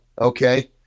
okay